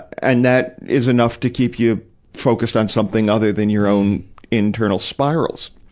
and that is enough to keep you focused on something other than your own internal spirals.